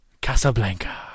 Casablanca